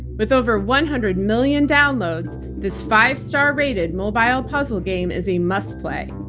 with over one hundred million downloads, this five star rated mobile puzzle game is a must play.